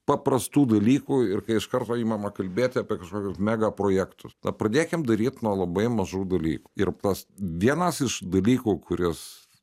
paprastų dalykų ir kai iš karto imama kalbėti apie kažkokius mega projektus na pradėkim daryt nuo labai mažų dalykų ir tas vienas iš dalykų kuris